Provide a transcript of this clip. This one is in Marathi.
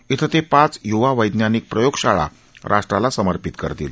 शें ते पाच युवा वैज्ञानिक प्रयोगशाळा राष्ट्राला समर्पित करतील